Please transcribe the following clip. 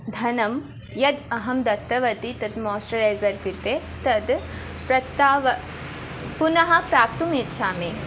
धनं यत् अहं दत्तवती तद् माश्चरैज़र् कृते तद् प्रत्ताव पुनः प्राप्तुम् इच्छामि